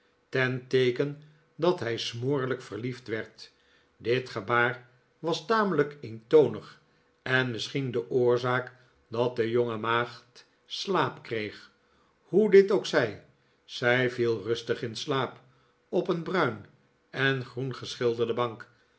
ten teeken dat hij smoorlijk verliefd werd dit gebaar was tamelijk eentonig en misschien de oorzaak dat de jonge maagd slaap kreeg hoe dit ook zij zij viel rustig in slaap op een bruin en groen geschilderde bank